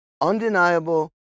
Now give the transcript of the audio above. undeniable